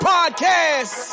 Podcast